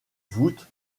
voûte